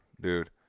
dude